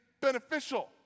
beneficial